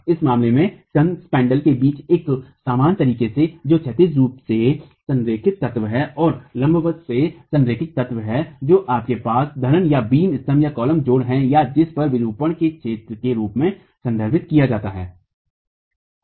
इस मामले में स्कन्ध स्पैन्ड्रल्स के बीच एक समान तरीके से जो क्षैतिज रूप से संरेखित तत्व है और लंबवत से संरेखित तत्व है जो आपके पास धरनबीम स्तंभकॉलम जोड़ है या जिसे कम विरूपण के क्षेत्र के रूप में संदर्भित किया जाता है